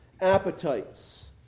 appetites